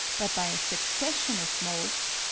but by a succession of moults,